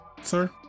sir